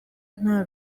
nta